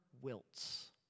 wilts